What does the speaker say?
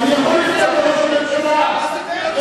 אתה רוצה שאני אלמד את ראש הממשלה מי זה ארדן?